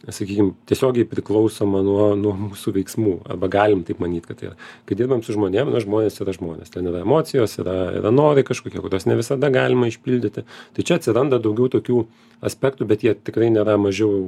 sakykim tiesiogiai priklausoma nuo nuo mūsų veiksmų arba galim taip manyt kad tai yra kai dirbam su žmonėm nu žmonės yra žmonės ten yra emocijos yra yra norai kažkokie kuriuos ne visada galima išpildyti tai čia atsiranda daugiau tokių aspektų bet jie tikrai nėra mažiau